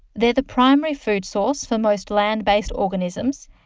the the primary food source for most land-based organisms,